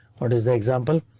what is the example?